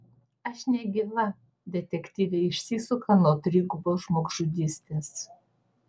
aš negyva detektyvė išsisuka nuo trigubos žmogžudystės